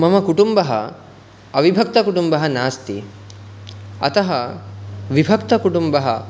मम कुटुम्बः अविभक्तकुटुम्बः नास्ति अतः विभक्तकुटुम्बः